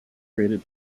created